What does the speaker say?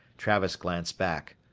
travis glanced back.